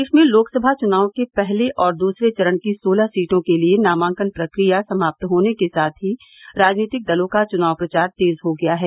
प्रदेश में लोकसभा चुनाव के पहले और दूसरे चरण की सोलह सीटों के लिए नामांकन प्रक्रिया समाप्त होने के साथ ही राजनीतिक दलों का चुनाव प्रचार तेज हो गया है